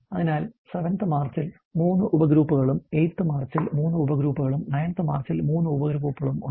അതിനാൽ 7th മാർച്ചിൽ 3 ഉപഗ്രൂപ്പുകളും 8th മാർച്ചിൽ 3 ഉപഗ്രൂപ്പുകളും 9th മാർച്ചിൽ 3 ഉപഗ്രൂപ്പുകളുമുണ്ട്